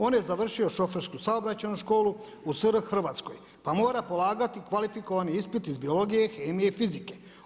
On je završio šofersku saobraćajnu školu u SR Hrvatskoj, pa mora polagati kvalifikovani ispit iz biologije, kemije i fizike.